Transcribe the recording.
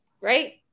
right